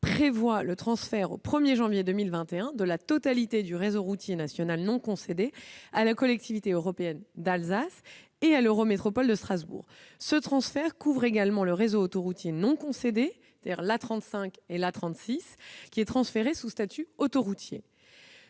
prévoit le transfert au 1 janvier 2021 de la totalité du réseau routier national non concédé à la Collectivité européenne d'Alsace (CEA) et à l'Eurométropole de Strasbourg. Ce transfert couvre également le réseau autoroutier non concédé- l'A35 et l'A36 -, qui est transféré sous statut autoroutier